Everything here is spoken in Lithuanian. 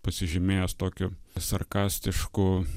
pasižymėjęs tokiu sarkastišku